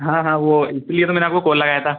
हाँ हाँ वह इसीलिए तो मैंने आपको कोल लगाया था